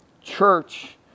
church